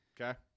okay